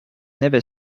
never